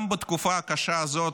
גם בתקופה הקשה הזאת,